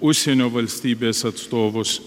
užsienio valstybės atstovus